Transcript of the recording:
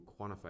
quantify